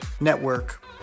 network